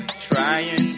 trying